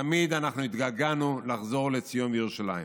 תמיד התגעגענו לחזור לציון ולירושלים.